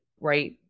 right